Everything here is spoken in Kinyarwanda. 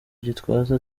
gitwaza